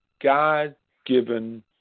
God-given